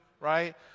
right